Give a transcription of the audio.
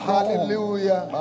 Hallelujah